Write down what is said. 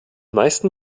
meisten